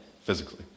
physically